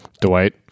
Dwight